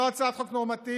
זו לא הצעת חוק נורמטיבית,